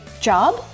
job